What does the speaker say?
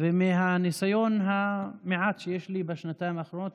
ומהניסיון המועט שיש לי בשנתיים האחרונות,